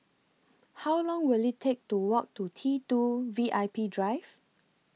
How Long Will IT Take to Walk to T two V I P Drive